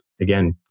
Again